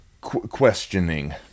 questioning